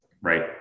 Right